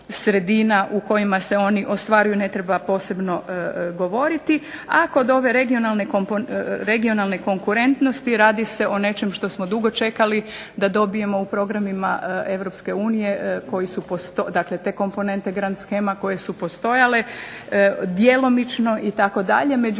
sredina u kojima se oni ostvaruju ne treba posebno govoriti. A kod ove regionalne konkurentnosti radi se o nečemu što smo dugo čekali da dobijemo u programima EU koji su dakle te komponente grad shema koje su postojale, djelomično itd. međutim